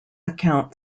account